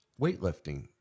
weightlifting